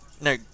no